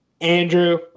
Andrew